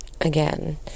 Again